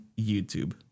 YouTube